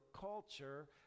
culture